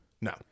no